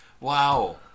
Wow